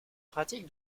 pratique